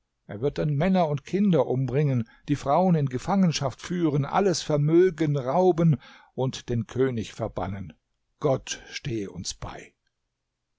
er wird dann männer und kinder umbringen die frauen in gefangenschaft führen alles vermögen rauben und den könig verbannen gott stehe uns bei